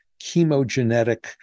chemogenetic